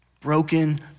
broken